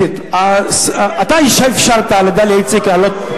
אתה אפשרת לדליה איציק לעלות,